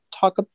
talk